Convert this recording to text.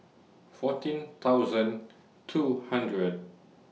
fourteen thousand two hundred